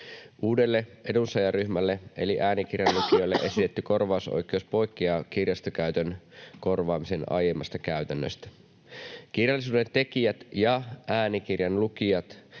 Uudelle edunsaajaryhmälle eli äänikirjan lukijoille esitetty korvausoikeus poikkeaa kirjastokäytön korvaamisen aiemmasta käytännöstä. Kirjallisuuden tekijät ja äänikirjan lukijat